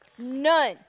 none